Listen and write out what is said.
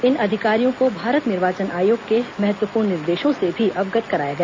इन अधिकारियों को भारत निर्वाचन आयोग के महत्वपूर्ण निर्देशों से भी अवगत कराया गया